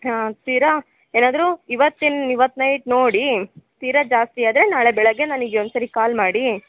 ತೀರಾ ಏನಾದರೂ ಇವತ್ತಿನ ಇವತ್ತು ನೈಟ್ ನೋಡಿ ತೀರಾ ಜಾಸ್ತಿ ಆದರೆ ನಾಳೆ ಬೆಳಗ್ಗೆ ನನಗೆ ಒಂದು ಸರಿ ಕಾಲ್ ಮಾಡಿ